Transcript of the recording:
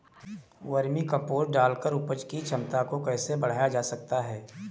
Vermi compost डालकर उपज की क्षमता को कैसे बढ़ाया जा सकता है?